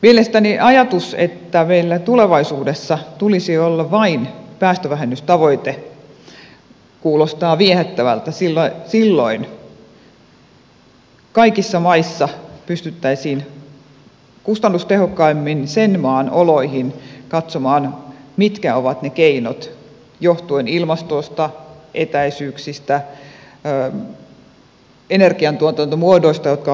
mielestäni ajatus että meillä tulevaisuudessa tulisi olla vain päästövähennystavoite kuulostaa viehättävältä sillä silloin kaikissa maissa pystyttäisiin kustannustehokkaimmin sen maan oloihin katsomaan mitkä ovat ne keinot johtuen ilmastosta etäisyyksistä energiantuotantomuodoista jotka ovat luontevat